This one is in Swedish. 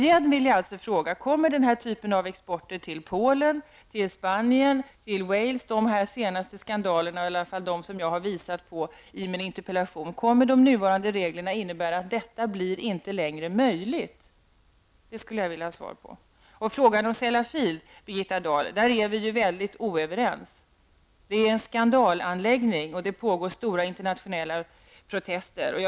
Jag vill på nytt fråga miljöministern: Kommer de nya reglerna att innebära att den typ av export som har skett till Polen, Spanien och Wales, dvs. de senaste skandalerna som jag har tagit upp i min interpellation, inte längre blir möjlig? I fråga om Sellafield är vi inte alls överens, Birgitta Dahl. Det är en skandalanläggning, och det pågår omfattande internationella protester mot den.